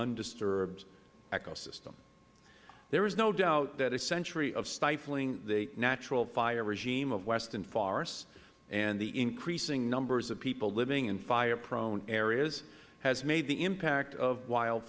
undisturbed ecosystem there is no doubt that a century of stifling the natural fire regime of western forests and the increasing numbers of people living in fire prone areas has made the impact of wild